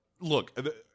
Look